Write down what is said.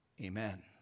Amen